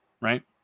right